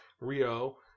Rio